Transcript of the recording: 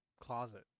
closet